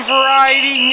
Variety